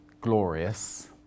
glorious